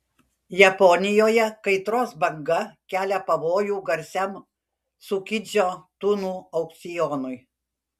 japonijoje kaitros banga kelia pavojų garsiam cukidžio tunų aukcionui